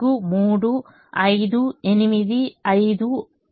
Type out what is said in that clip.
కాబట్టి 8 9 7 4 3 5 8 5 6